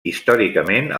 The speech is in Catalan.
històricament